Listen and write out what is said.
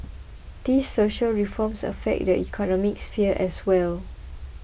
these social reforms affect the economic sphere as well